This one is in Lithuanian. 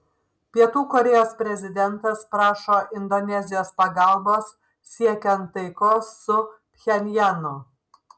pietų korėjos prezidentas prašo indonezijos pagalbos siekiant taikos su pchenjanu